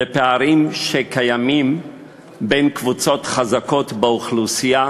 בפערים שקיימים בין קבוצות חזקות באוכלוסייה